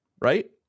right